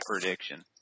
prediction